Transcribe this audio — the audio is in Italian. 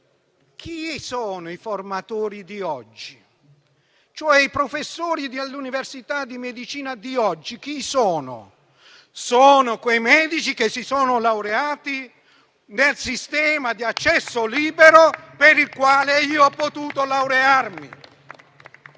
chi sono i formatori di oggi? Chi sono i professori dell'università di medicina di oggi? Sono quei medici che si sono laureati nel sistema di accesso libero per il quale io ho potuto laurearmi.